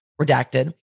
redacted